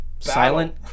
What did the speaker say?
Silent